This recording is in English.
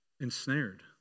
ensnared